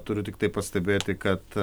turiu tiktai pastebėti kad